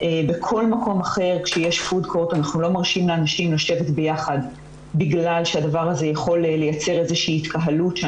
אתה יכול לדבר אתי בסיסמאות.